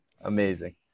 amazing